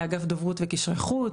לאגף דוברות וקשרי חוץ,